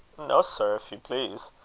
no, sir, if you please.